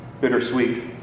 bittersweet